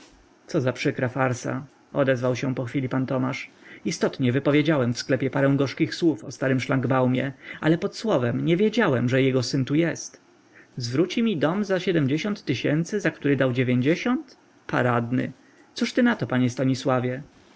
co za przykra farsa odezwał się po chwili pan tomasz istotnie wypowiedziałem w sklepie parę gorzkich wyrazów o starym szlangbaumie ale pod słowem nie wiedziałem że jego syn tu jest zwróci mi dom za siedmdziesiąt tysięcy za który dał dziewięćdziesiąt paradny cóż ty na to panie stanisławie